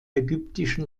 ägyptischen